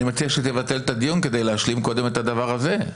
אני מציע שתבטל את הדיון כדי להשלים קודם את הדבר הזה.